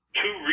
two